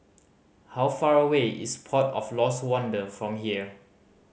how far away is Port of Lost Wonder from here